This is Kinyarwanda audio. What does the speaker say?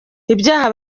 ibyaha